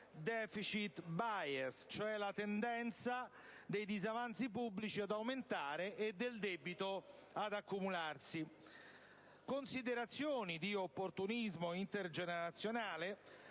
*deficit bias*, ossia la tendenza dei disavanzi pubblici ad aumentare e quella del debito ad accumularsi. Considerazioni di opportunismo intergenerazionale